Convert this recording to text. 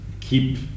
keep